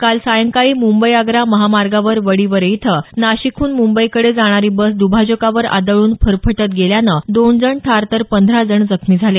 काल सायंकाळी मंबई आग्रा महामार्गावर वडिवरे इथं नाशिकहून मुंबईकडे जाणारी बस दुभाजकावर आदळून फरफटत गेल्यानं दोन जण ठार तर पंधरा जण जखमी झाले